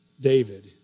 David